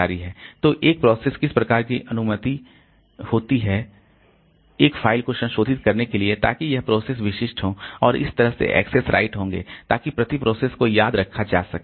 तो एक प्रोसेस किस प्रकार की अनुमति होती है एक फाइल को संशोधित करने के लिए ताकि यह प्रोसेस विशिष्ट हो और इस तरह से एक्सेस राइट होंगे ताकि प्रति प्रोसेस को याद रखा जा सके